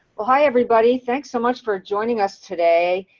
ah hi, everybody. thanks so much for joining us today.